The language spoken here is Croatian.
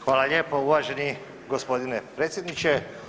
Hvala lijepa uvaženi gospodine predsjedniče.